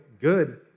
good